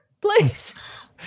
please